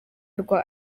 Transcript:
rwa